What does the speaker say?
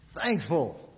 thankful